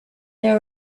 there